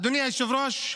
אדוני היושב-ראש,